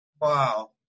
Wow